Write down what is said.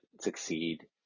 succeed